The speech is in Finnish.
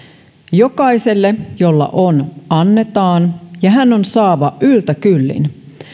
jokaiselle jolla on annetaan ja hän on saava yltäkyllin